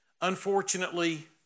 Unfortunately